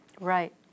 Right